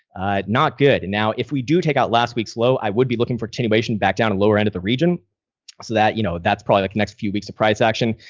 not good. and now, if we do take out last week's low, i would be looking for attenuation back down and lower end of the region so that, you know, that's like next few weeks of price action.